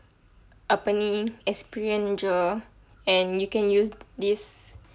apa ni experience jer and you can use this